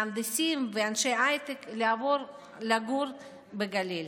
מהנדסים ואנשי הייטק לעבור לגור בגליל.